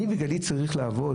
אני בגילי צריך לעבוד?